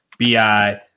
Bi